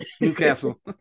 Newcastle